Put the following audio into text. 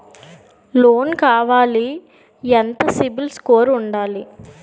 Loan కావాలి ఎంత CIBIL score ఉండాలి?